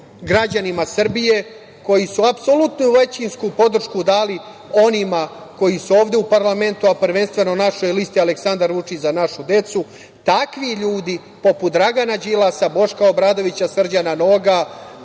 građanima Srbije koji su apsolutnu većinsku podršku dali onima koji su ovde u parlamentu, a prvenstveno našoj listi „Aleksandar Vučić – Za našu decu“, takvi ljudi poput Dragana Đilasa, Boška Obradovića, Srđana Noga,